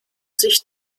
sich